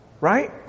Right